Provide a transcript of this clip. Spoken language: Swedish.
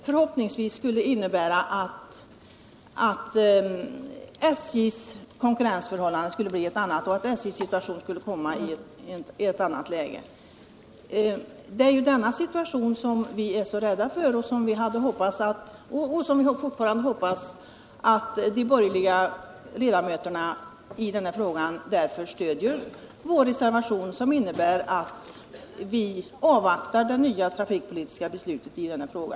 Förhoppningsvis kommer det också att medföra att SJ:s konkurrensförhållanden förändras och att SJ:s situation förbättras. Vi hoppas därför fortfarande att de borgerliga ledarmöterna skall stödja vår reservation beträffande SJ:s styckegodstrafik m.m., där vi framhåller att det nya trafikpolitiska beslutet skall avvaktas innan åtgärder vidtas på detta område.